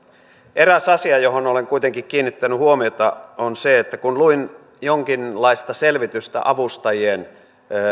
eräs asia johon olen kuitenkin kiinnittänyt huomiota on se että kun luin jonkinlaista selvitystä avustajien